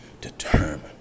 determined